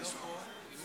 --- פה.